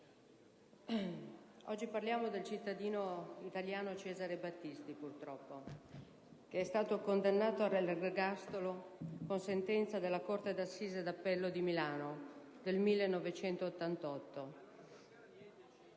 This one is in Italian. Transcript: Oggi parliamo purtroppo del cittadino italiano Cesare Battisti, che è stato condannato all'ergastolo, con sentenza della Corte d'assise d'appello di Milano del 1988